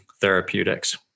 therapeutics